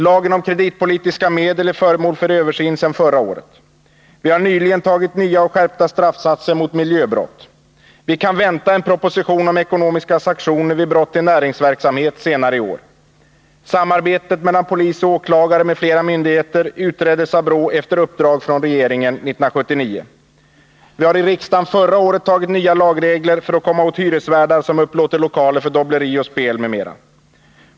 Lagen om kreditpolitiska medel är föremål för översyn sedan förra året. Vi har nyligen tagit nya och skärpta straffsatser mot miljöbrott. Vi kan senare i år vänta en proposition om ekonomiska sanktioner vid brott i näringsverksamhet. Vi har i riksdagen förra året tagit nya lagregler för att komma åt hyresvärdar som upplåter lokaler för dobbleri och spel m.m.